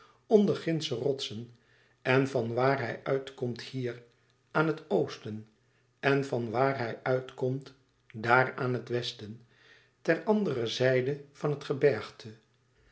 onder gindsche rotsen en van waar hij uit komt hier aan het oosten en van waar hij uit komt dàar aan het westen ter andere zijde van het gebergte